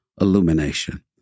illumination